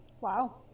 Wow